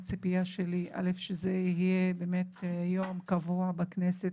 והציפייה שלי היא קודם כל שזה יהיה יום קבוע בכנסת,